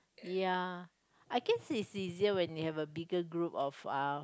ya I guess is easier when you have a bigger group of uh